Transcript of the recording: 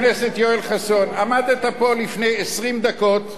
עמדת פה לפני 20 דקות או חצי שעה,